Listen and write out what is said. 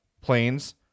planes